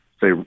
say